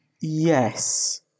Yes